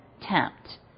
tempt